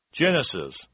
Genesis